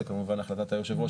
זו כמובן החלטת היושב ראש,